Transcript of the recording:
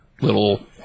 little